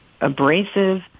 abrasive